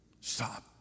stop